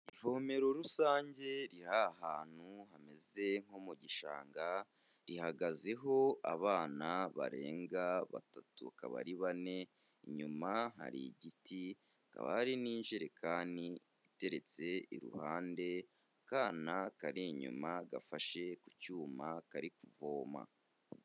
Ivomero rusange riri ahantu hameze nko mu gishanga, rihagazeho abana barenga batatu akaba ari bane, inyuma hari igiti hakaba hari n'injerekani iteretse iruhande, akana kari inyuma gafashe ku cyuma kari kuvoma.